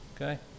Okay